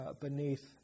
beneath